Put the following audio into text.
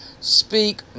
speak